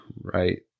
right